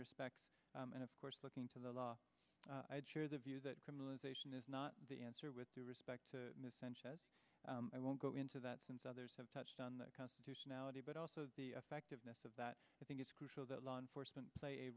respects and of course looking to the law i'd share the view that criminalization is not the answer with respect to this i won't go into that since others have touched on the constitutionality but also the effectiveness of that i think it's crucial that law enforcement play a